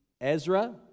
Ezra